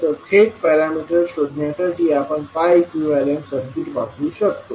तर थेट पॅरामीटर्स शोधण्यासाठी आपण pi इक्विवलन्ट सर्किट वापरू शकतो